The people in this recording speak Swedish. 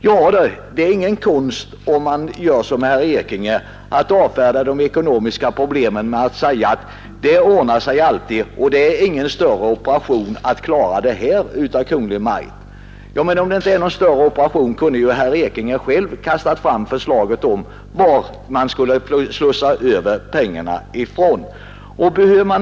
Ja, det är ingen konst om man gör som herr Ekinge och avfärdar de ekonomiska frågorna med att säga att det ordnar sig alltid och det är ingen större operation för Kungl. Maj:t att klara detta. Men om det inte är någon större operation kunde ju herr Ekinge själv ha kastat fram förslag om varifrån pengarna skulle slussas över.